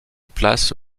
place